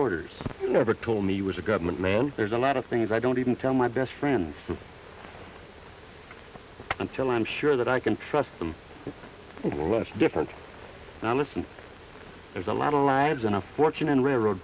orders never told me was a government man there's a lot of things i don't even tell my best friend until i'm sure that i can trust them for less different and i listen there's a lot of lives and a fortune and railroad